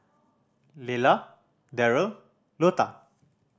Lelah Darrell Lota